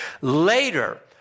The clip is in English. Later